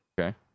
Okay